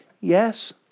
Yes